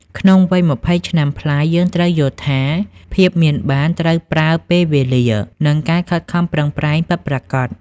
ក្នុងវ័យ ២០ ឆ្នាំប្លាយ យើងត្រូវយល់ថា "ភាពមានបានត្រូវប្រើពេលវេលា" និងការខិតខំប្រឹងប្រែងពិតប្រាកដ។